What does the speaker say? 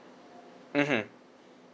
mmhmm